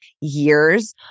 years